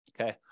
Okay